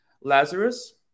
Lazarus